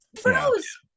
Froze